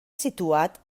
situat